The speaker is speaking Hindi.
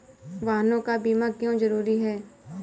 वाहनों का बीमा क्यो जरूरी है?